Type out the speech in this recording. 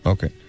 Okay